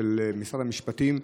של משרד המשפטים,